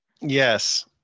Yes